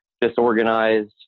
disorganized